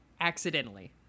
Accidentally